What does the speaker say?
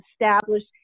established